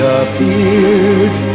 appeared